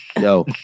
Yo